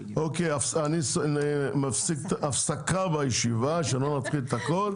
אוקיי, הפסקה בישיבה, שלא נתחיל את הכול.